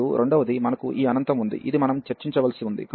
మరియు రెండవది మనకు ఈ అనంతం ఉంది ఇది మనం చర్చించవలసి ఉంది